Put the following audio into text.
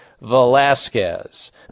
Velasquez